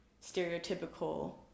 stereotypical